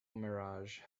mirage